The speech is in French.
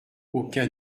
aucun